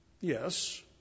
Yes